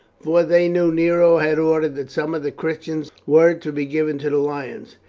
for they knew nero had ordered that some of the christians were to be given to the lions.